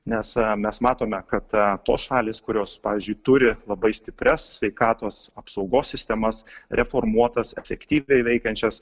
nes mes matome kada tos šalys kurios pavyzdžiui turi labai stiprias sveikatos apsaugos sistemas reformuotas efektyviai veikiančias